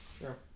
Sure